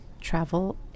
travel